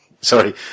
sorry